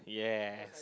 yes